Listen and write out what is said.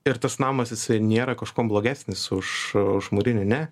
ir tas namas jisai nėra kažkuom blogesnis už už mūrinį ne